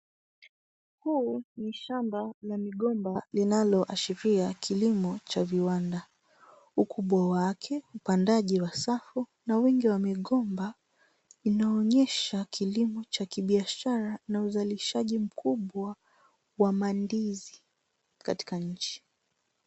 Huu ni shamba la migomba linaloashiria kilimo cha viwanda. Ukubwa wake, upandaji wa safu na uwingi wa migomba inaonyesha kilimo cha kibiashara na uzalishaji mkubwa wa mandizi katika nchi.